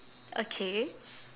okay